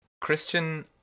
Christian